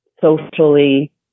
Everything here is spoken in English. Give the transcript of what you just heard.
socially